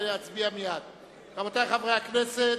רבותי חברי הכנסת,